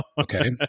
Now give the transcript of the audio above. Okay